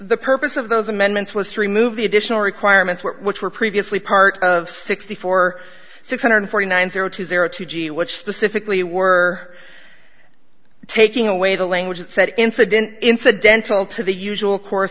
the purpose of those amendments was to remove the additional requirements which were previously part of sixty four six hundred forty nine zero two zero two g which specifically were taking away the language of said incident incidental to the usual course